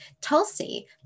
Tulsi